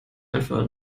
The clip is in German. einfach